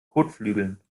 kotflügeln